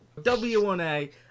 w1a